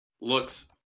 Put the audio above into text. looks